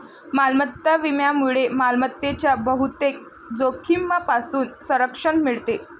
मालमत्ता विम्यामुळे मालमत्तेच्या बहुतेक जोखमींपासून संरक्षण मिळते